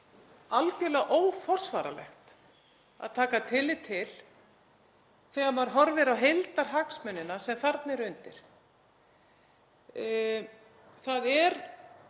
algerlega óforsvaranlegt að taka tillit til þegar maður horfir á heildarhagsmunina sem þarna eru undir. Ég get